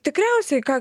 tikriausiai ką